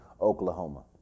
Oklahoma